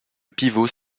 pivot